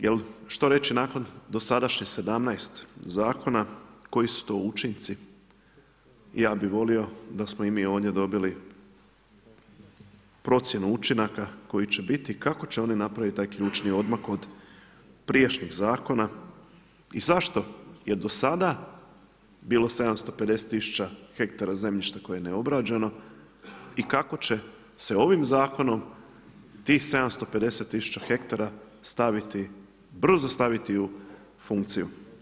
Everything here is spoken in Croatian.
Jel, što reći nakon dosadašnjih 17 zakona, koji su to učinci i ja bi volio i da smo mi ovdje donijeli procjenu učinaka, koji će biti kako će oni napraviti taj ključni odmak od prijašnjih zakona i zašto je do sada bilo 750000 hektara zemljišta koje je neobrađeno i kako će se ovim zakonom tih 750000 hektara staviti, brzo staviti u funkciju?